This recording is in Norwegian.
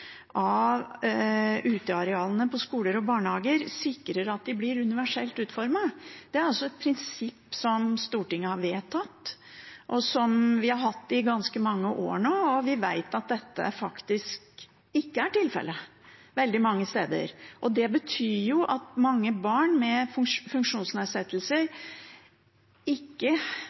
av utearealene på skoler og i barnehager sikrer at de blir universelt utformet. Det er altså et prinsipp som Stortinget har vedtatt, og som vi har hatt i ganske mange år nå, og vi vet at dette faktisk ikke er tilfellet veldig mange steder. Det betyr at mange barn med funksjonsnedsettelser ikke